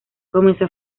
comenzó